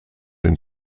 den